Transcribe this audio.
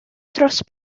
dros